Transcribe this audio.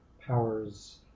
powers